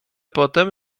potem